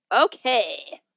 Okay